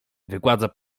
wygładza